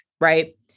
right